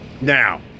Now